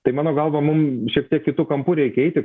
tai mano galva mum šiek tiek kitu kampu reikia eiti